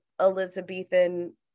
Elizabethan